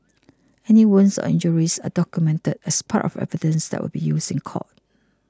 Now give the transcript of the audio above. any wounds or injuries are documented as part of evidence that will be used in court